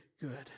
good